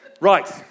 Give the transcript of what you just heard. Right